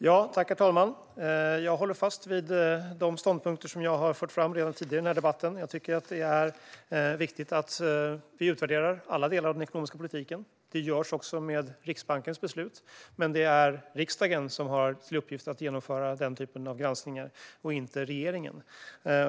Herr talman! Jag håller fast vid de ståndpunkter som jag har framfört redan tidigare i debatten. Det är viktigt att vi utvärderar alla delar av den ekonomiska politiken. Det görs också med Riksbankens beslut. Men det är riksdagen som har till uppgift att genomföra den typen av granskningar och inte regeringen.